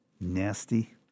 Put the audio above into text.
nasty